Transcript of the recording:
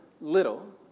little